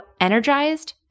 energized